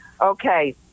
Okay